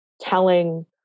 telling